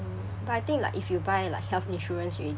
mm but I think if you buy like health insurance already